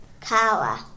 Kara